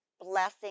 blessing